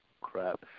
crap